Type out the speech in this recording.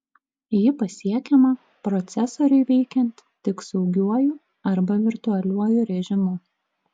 ji pasiekiama procesoriui veikiant tik saugiuoju arba virtualiuoju režimu